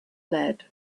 lead